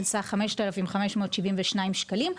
על סך 5,572 שקלים,